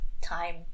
time